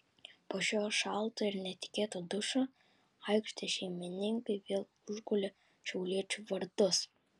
po šio šalto ir netikėto dušo aikštės šeimininkai vėl užgulė šiauliečių vartus